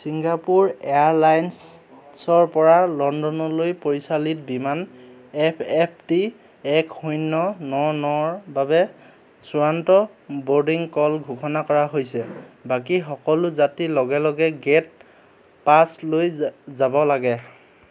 Singapore এয়াৰলাইন্সৰ পৰা লণ্ডনলৈ পৰিচালিত বিমান এফ এফ টি এক শূন্য ন নৰ বাবে চূড়ান্ত ব'ৰ্ডিং কল ঘোষণা কৰা হৈছে বাকী সকলো যাত্ৰী লগে লগে গেট পাঁচলৈ যাব লাগে